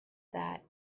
that